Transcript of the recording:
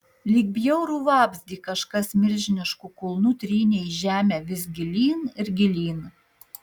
lyg bjaurų vabzdį kažkas milžinišku kulnu trynė į žemę vis gilyn ir gilyn